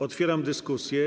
Otwieram dyskusję.